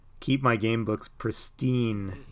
keep-my-game-books-pristine